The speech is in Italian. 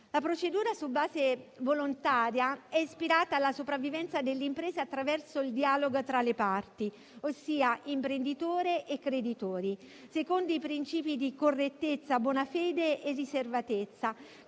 La procedura su base volontaria è ispirata alla sopravvivenza delle imprese attraverso il dialogo tra le parti, ossia imprenditore e creditori, secondo principi di correttezza, buona fede e riservatezza,